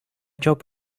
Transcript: job